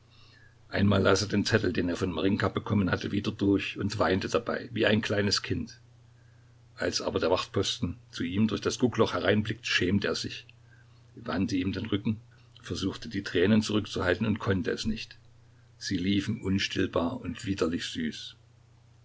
einmal las er den zettel den er von marinjka bekommen hatte wieder durch und weinte dabei wie ein kleines kind als aber der wachtposten zu ihm durch das guckloch hereinblickte schämte er sich er wandte ihm den rücken versuchte die tränen zurückzuhalten und konnte es nicht sie liefen unstillbar und widerlich süß